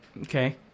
Okay